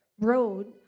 road